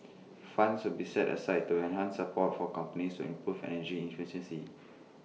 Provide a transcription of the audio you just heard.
funds will be set aside to enhance support for companies to improve energy efficiency